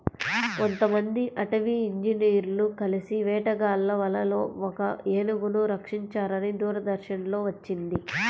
కొంతమంది అటవీ ఇంజినీర్లు కలిసి వేటగాళ్ళ వలలో ఒక ఏనుగును రక్షించారని దూరదర్శన్ లో వచ్చింది